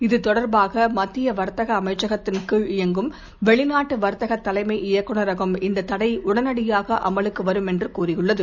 இது தொடர்பாக மத்திய வர்த்தக அமைச்சகத்தின் கீழ் இயங்கும் வெளிநாட்டு வர்த்தக தலைமை இயக்குநரகம் இந்த தடை உடனடியாக அமலுக்கு வரும் என்று கூறியுள்ளது